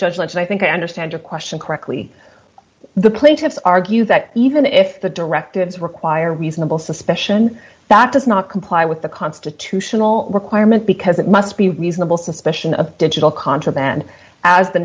judgment and i think i understand your question correctly the plaintiffs argue that even if the directives require reasonable suspicion that does not comply with the constitutional requirement because it must be reasonable suspicion of digital contraband as the